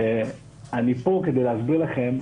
אני פה כדי להסביר לכם,